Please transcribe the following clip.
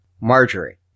Marjorie